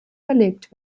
verlegt